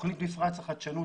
תכנית מפרץ החדשנות,